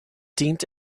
deemed